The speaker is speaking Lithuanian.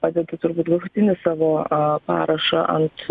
padeda turbūt galutinį savo parašą ant